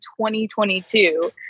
2022